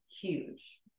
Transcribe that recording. huge